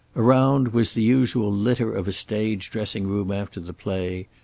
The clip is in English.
around was the usual litter of a stage dressing-room after the play,